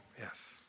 Yes